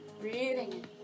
breathing